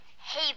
Hey